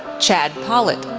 chad pollitt,